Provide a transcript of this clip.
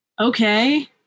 okay